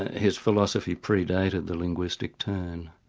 his philosophy predated the linguistic turn.